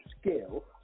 scale